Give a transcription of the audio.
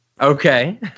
Okay